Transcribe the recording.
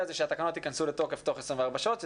היא שהתקנות ייכנסו לתוקף תוך 24 שעות,